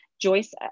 Joyce